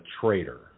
traitor